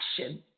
action